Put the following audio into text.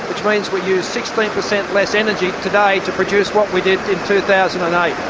which means we use sixteen per cent less energy today to produce what we did in two thousand and eight.